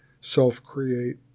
self-create